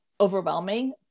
overwhelming